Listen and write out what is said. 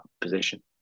position